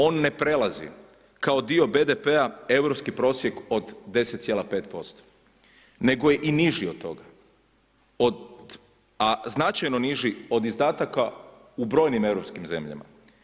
On ne prelazi kao dio BDP-a europski prosjek od 10,5%, nego je i niži od toga, a značajno niži od izdataka u brojnim europskim zemljama.